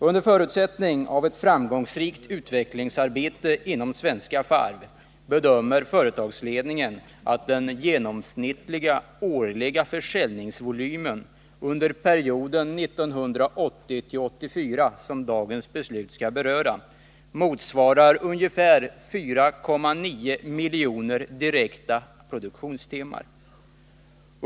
Under förutsättning av ett framgångsrikt utvecklingsarbete inom Svenska Varv bedömer företagsledningen att den genomsnittliga årliga försäljningsvolymen under perioden 1980-1984, som dagens beslut skall beröra, motsvarar ungefär 4,9 miljoner direkta produktionstimmar.